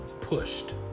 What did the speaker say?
pushed